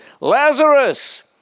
Lazarus